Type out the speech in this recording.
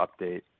update